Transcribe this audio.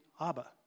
Abba